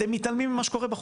אתם מתעלמים ממה שקורה בחוץ.